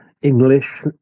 English